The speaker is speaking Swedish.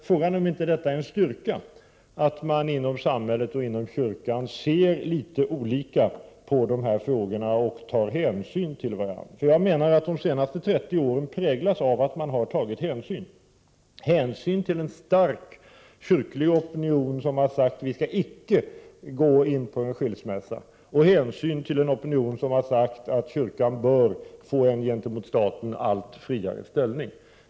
Frågan är om det inte är en styrka att man inom samhället och inom kyrkan ser litet olika på dessa frågor och tar hänsyn till varandra. De senaste 30 åren har präglats av att man har tagit hänsyn till en stark kyrklig opinion som sagt att vi icke skall gå in för en skilsmässa och hänsyn till en opinion som sagt att kyrkan bör få en gentemot staten allt friare ställning.